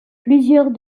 plusieurs